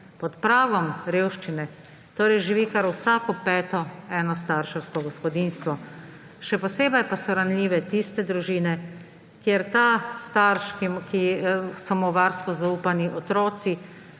Pod pragom revščine torej živi kar vsako peto enostarševsko gospodinjstvo. Še posebej pa so ranljive tiste družine, kjer ta starš, ki so mu v varstvo zaupani otroci,